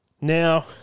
now